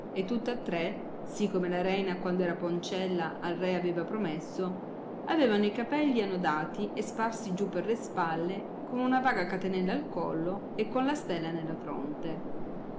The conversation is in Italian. e tutta tre si come la reina quando era poncella ai re aveva promesso avevano i capegli annodati e sparsi giù per le spalle con una vaga catenella al collo e con la stella nella fronte